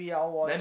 then